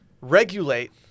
regulate